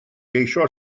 geisio